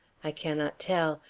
i cannot tell,